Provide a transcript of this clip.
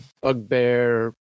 bugbear